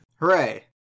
hooray